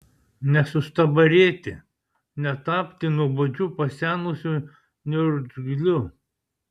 nesustabarėti netapti nuobodžiu pasenusiu niurzgliu